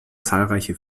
zahlreiche